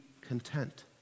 content